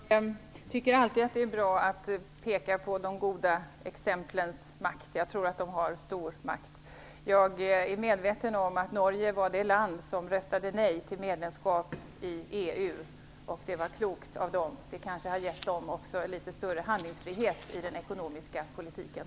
Fru talman! Jag tycker alltid att det är bra att peka på de goda exemplen. Jag tror att de har stor makt. Jag är medveten om att Norge röstade nej till medlemskap i EU, och det var klokt av dem. Det kanske har gett dem litet större handlingsfrihet i den ekonomiska politiken.